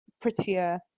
prettier